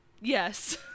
Yes